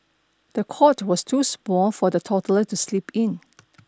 the cot was too small for the toddler to sleep in